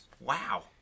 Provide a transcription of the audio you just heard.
Wow